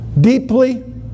deeply